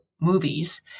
movies